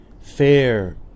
Fair